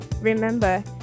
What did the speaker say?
remember